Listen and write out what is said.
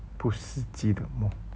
不实际的梦